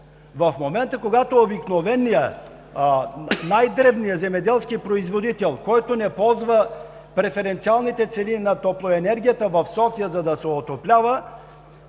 В момента обикновеният, най-дребният земеделски производител не ползва преференциалните цени на топлоенергията в София, за да се отоплява.